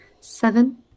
seven